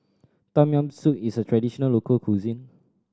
Tom Yam Soup is a traditional local cuisine